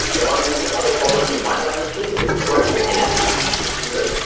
the one other problem you might run into is right at the beginning, i should've mentioned it,